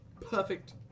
Perfect